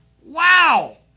Wow